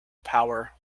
power